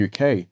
UK